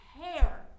hair